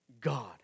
God